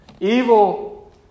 Evil